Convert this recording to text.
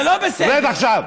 רד עכשיו.